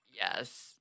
Yes